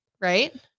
right